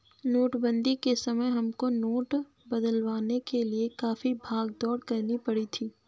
नोटबंदी के समय हमको नोट बदलवाने के लिए काफी भाग दौड़ करनी पड़ी थी